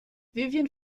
vivien